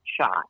shot